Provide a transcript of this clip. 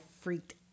freaked